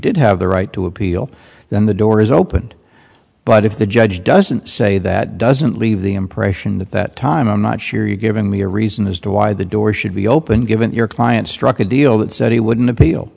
did have the right to appeal then the door is opened but if the judge doesn't say that doesn't leave the impression that that time i'm not sure you've given me a reason as to why the door should be open given your client struck a deal that said he wouldn't appeal